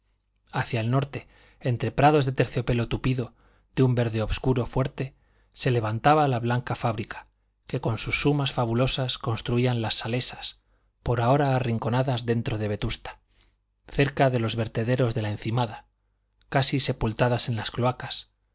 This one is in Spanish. hacia el norte entre prados de terciopelo tupido de un verde obscuro fuerte se levantaba la blanca fábrica que con sumas fabulosas construían las salesas por ahora arrinconadas dentro de vetusta cerca de los vertederos de la encimada casi sepultadas en las cloacas